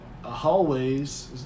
hallways